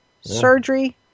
surgery